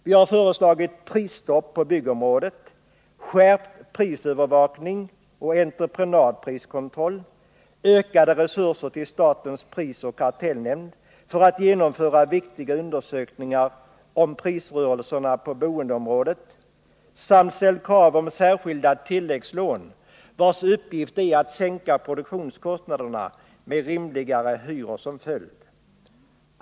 Vi har föreslagit prisstopp på byggområdet, skärpt prisövervakning och entreprenadpriskontroll, ökade resurser till statens prisoch kartellnämnd för viktiga undersökningar om prisrörelserna på boendeområdet samt ställt krav på särskilda tilläggslån i syfte att sänka produktionskostnaderna med rimligare hyror som följd.